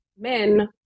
men